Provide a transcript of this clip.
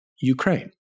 Ukraine